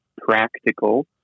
practical